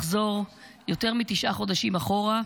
לחזור יותר מתשעה חודשים אחורה,